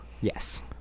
Yes